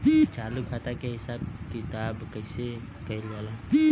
चालू खाता के हिसाब किताब कइसे कइल जाला?